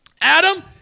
Adam